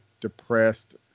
depressed